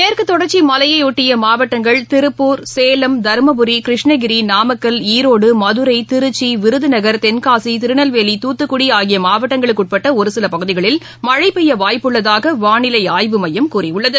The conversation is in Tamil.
மேற்குதொடர்ச்சிமலையையொட்டியமாவட்டங்கள் திருப்பூர் சேலம் தருமபுரி கிருஷ்ணகிரி நாமக்கல் ஈரோடு தென்காசி மதுரை திருச்சி விருதநகர் திருநெல்வேலி துத்துக்குடிஆகியமாவட்டங்களுக்குஉட்படஒருசிலபகுதிகளில் மழைபெய்யவாய்ப்புள்ளதாகவானிலைஆய்வு மையம் கூறியுள்ளது